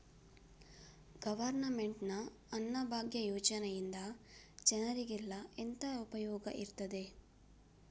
Government ನ ಅನ್ನಭಾಗ್ಯ ಯೋಜನೆಯಿಂದ ಜನರಿಗೆಲ್ಲ ಎಂತ ಉಪಯೋಗ ಇರ್ತದೆ?